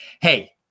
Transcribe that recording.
Hey